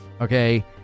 Okay